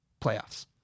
playoffs